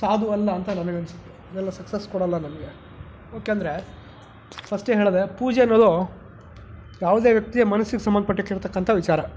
ಸಾಧುವಲ್ಲ ಅಂತ ನನ್ಗೆ ಅನಿಸುತ್ತೆ ಅದೆಲ್ಲ ಸಕ್ಸಸ್ ಕೊಡಲ್ಲ ನಮಗೆ ಯಾಕಂದರೆ ಫಸ್ಟೇ ಹೇಳಿದೆ ಪೂಜೆ ಅನ್ನೋದು ಯಾವುದೇ ವ್ಯಕ್ತಿಯ ಮನಸ್ಸಿಗೆ ಸಂಬಂದ್ಪಟ್ಟಿರ್ತಕ್ಕಂತ ವಿಚಾರ